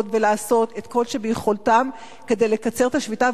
ולעשות את כל שביכולתם כדי לקצר את השביתה,